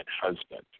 husband